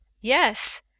yes